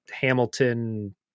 Hamilton